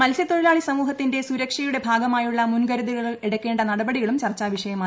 മൽസ്യതൊഴിലാളി സമൂഹത്തിന്റെ സൂരക്ഷയുടെ ഭാഗമായുള്ള മുൻകരുതലുകൾ എടുക്കേണ്ട നടപടികളും ചർച്ചാ വിഷയമായി